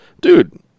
Dude